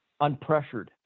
unpressured